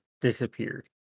disappeared